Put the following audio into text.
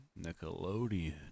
Nickelodeon